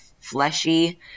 fleshy